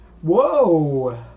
Whoa